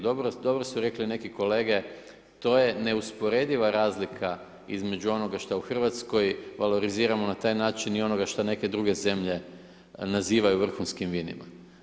Dobro su rekli neki kolege, to je neusporediva razlika između onoga šta u Hrvatskoj valoriziramo na taj način i onoga šta neke druge zemlje nazivaju vrhunskim vinima.